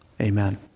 Amen